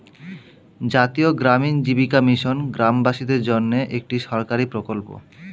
জাতীয় গ্রামীণ জীবিকা মিশন গ্রামবাসীদের জন্যে একটি সরকারি প্রকল্প